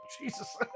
Jesus